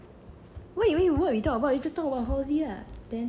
wait wait what you talk about you just talk about now lah